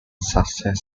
sussex